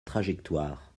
trajectoire